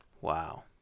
Wow